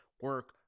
Work